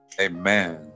amen